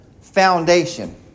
foundation